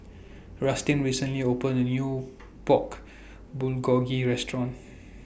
Rustin recently opened A New Pork Bulgogi Restaurant